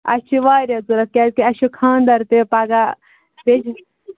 اَسہِ چھُ واریاہ ضروٗرت کیٛازِ اَسہِ چھُ خانٛدر تہِ پَگاہ بیٚیہِ